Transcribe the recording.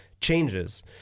changes